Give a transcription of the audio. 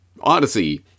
Odyssey